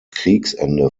kriegsende